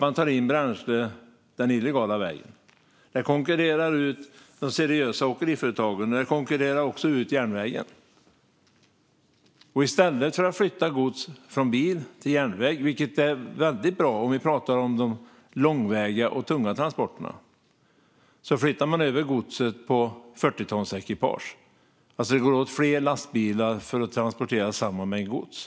Man tar in bränsle den illegala vägen. Detta konkurrerar ut de seriösa åkeriföretagen och även järnvägen. I stället för att flytta gods från bil till järnväg, vilket är väldigt bra om vi talar om de långväga och tunga transporterna, flyttar man över det till 40-tonsekipage. Det går då åt fler lastbilar för att transportera samma mängd gods.